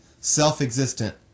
self-existent